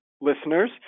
listeners